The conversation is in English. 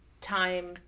time